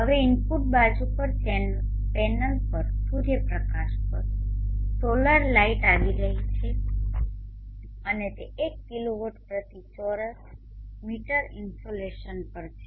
હવે ઇનપુટ બાજુ પર પેનલ પર સૂર્યપ્રકાશ પર સોલર લાઇટ આવી રહી છે અને તે 1 કિલોવોટ પ્રતિ ચોરસ મીટર ઇન્સોલેશન પર છે